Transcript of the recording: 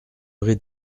vrai